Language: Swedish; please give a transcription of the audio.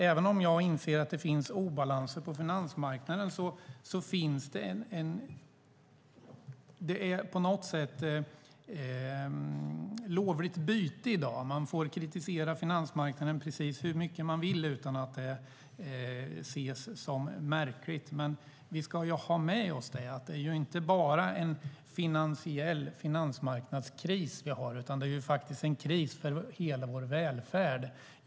Även om jag inser att det finns obalanser på finansmarknaden är det på något sätt lovligt byte i dag. Man får kritisera finansmarknaden precis hur mycket man vill utan att det ses som märkligt. Men vi ska ha med oss att det inte bara är en finansiell finansmarknadskris som vi har, utan det är faktiskt en kris för hela vår välfärd.